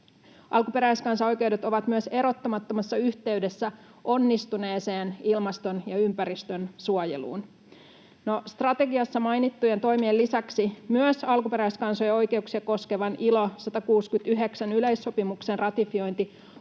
Alkuperäiskansan oikeudet ovat myös erottamattomassa yhteydessä onnistuneeseen ilmaston- ja ympäristönsuojeluun. No, strategiassa mainittujen toimien lisäksi myös alkuperäiskansojen oikeuksia koskevan ILO 169 ‑yleissopimuksen ratifiointi